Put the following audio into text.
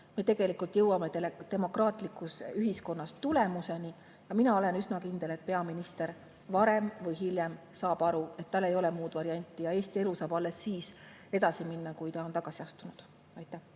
me tegelikult jõuame demokraatlikus ühiskonnas tulemuseni. Ja mina olen üsna kindel, et peaminister varem või hiljem saab aru, et tal ei ole muud varianti, et Eesti elu saab alles siis edasi minna, kui ta on tagasi astunud. Aitäh